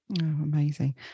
amazing